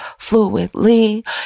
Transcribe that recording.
fluidly